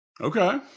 Okay